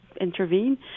intervene